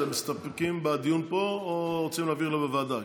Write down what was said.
אתם מסתפקים בדיון פה או רוצים להעביר לוועדה?